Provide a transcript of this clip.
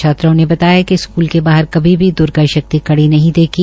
छात्राओं ने बताया कि स्कूल के बाहर कभी भी द्र्गा शक्ति खड़ी नहीं देखी